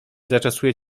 zaczesuje